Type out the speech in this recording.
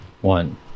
One